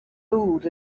food